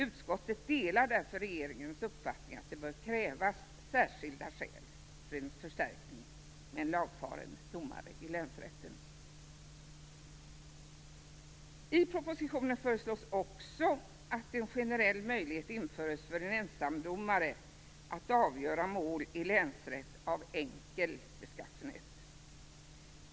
Utskottet delar därför regeringens uppfattning att särskilda skäl bör krävas för en förstärkning med en lagfaren domare i länsrätten. I propositionen föreslås också att en generell möjlighet införs för en ensamdomare att avgöra mål av enkel beskaffenhet i länsrätt.